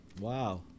Wow